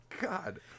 God